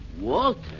Walter